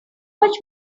much